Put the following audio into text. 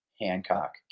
Hancock